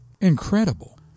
Incredible